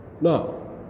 No